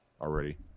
already